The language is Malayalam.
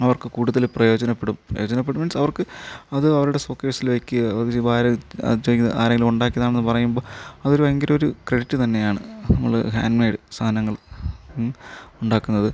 അവർക്ക് കൂടുതല് പ്രയോജനപ്പെടും പ്രയോജനപ്പെടും മീൻസ് അവർക്ക് അത് അവരുടെ ഷോ കേസിൽ വെക്കുകയോ ഉപഹാരം ചെയ്ത ആരെങ്കിലും ഉണ്ടാക്കിയതാണെന്നു പറയുമ്പോൾ അത് ഭയങ്കര ഒരു ക്രെഡിറ്റ് തന്നെയാണ് നമ്മള് ഹാൻഡ് മെയ്ഡ് സാധനങ്ങൾ ഉണ്ടാക്കുന്നത്